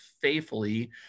faithfully